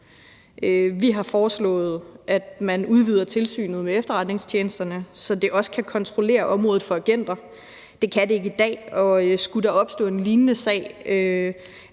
Vi har foreslået, at man udvider Tilsynet med Efterretningstjenesterne, så det også kan kontrollere området for agenter. Det kan det ikke i dag. Skulle der opstå en lignende sag